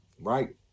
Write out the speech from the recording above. Right